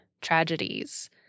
tragedies